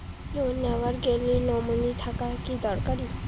Loan নেওয়ার গেলে nominee থাকা কি দরকারী?